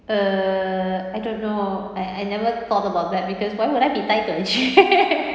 err I don't know I I never thought about that because why would I be tied to a chair